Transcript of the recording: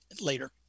later